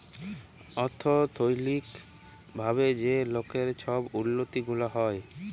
অথ্থলৈতিক ভাবে যে লকের ছব উল্লতি গুলা হ্যয়